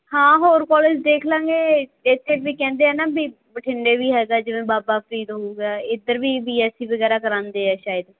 ਹਾਂ ਹੋਰ ਕਾਲਜ ਦੇਖਲਾਂਗੇ ਇੱਥੇ ਵੀ ਕਹਿੰਦੇ ਆ ਨਾ ਵੀ ਬਠਿੰਡੇ ਵੀ ਹੈਗਾ ਜਿਵੇਂ ਬਾਬਾ ਫਰੀਦ ਹੋਊਗਾ ਇੱਧਰ ਵੀ ਬੀ ਐਸੀ ਵਗੈਰਾ ਕਰਾਵਾਉਂਦੇ ਆ ਸ਼ਾਇਦ